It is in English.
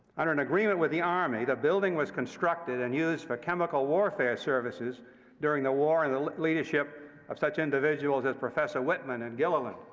under an agreement with the army, the building was constructed and used for chemical warfare services during the war in the leadership of such individuals as professor whitman and gilliland.